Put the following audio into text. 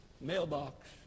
mailbox